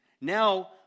Now